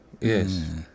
Yes